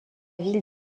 ville